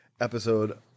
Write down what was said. episode